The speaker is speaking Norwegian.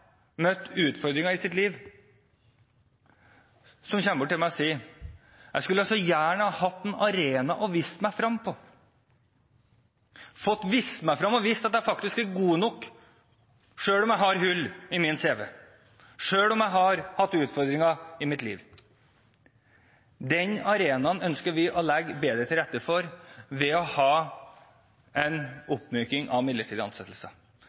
møtt utfordringer i sitt liv, som kommer bort til meg og sier: Jeg skulle så gjerne ha hatt en arena og vist meg frem på, fått vist meg frem og vist at jeg faktisk er god nok selv om jeg har hull i min CV, selv om jeg har hatt utfordringer i mitt liv. Den arenaen ønsker vi å legge bedre til rette for ved å ha en oppmyking av